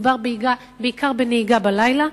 מדובר בעיקר בנהיגה בלילה,